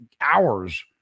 hours